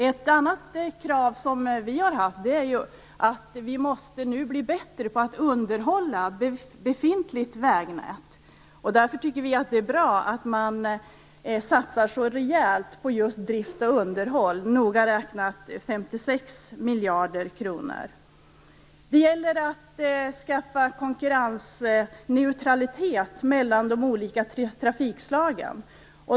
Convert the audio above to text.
Ett annat krav från oss är att vi måste bli bättre på att underhålla befintligt vägnät. Därför tycker vi att det är bra att man satsar så rejält på just drift och underhåll, noga räknat 56 miljarder kronor. Det gäller att skapa konkurrensneutralitet mellan de olika trafikslagen.